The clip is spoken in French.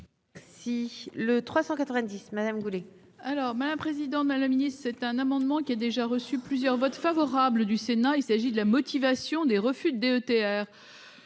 Si le 390 Madame Goulet. Alors, mais un président de la la Ministre c'est un amendement qui a déjà reçu plusieurs vote favorable du Sénat, il s'agit de la motivation des refus DETR